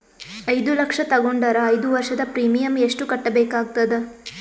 ಐದು ಲಕ್ಷ ತಗೊಂಡರ ಐದು ವರ್ಷದ ಪ್ರೀಮಿಯಂ ಎಷ್ಟು ಕಟ್ಟಬೇಕಾಗತದ?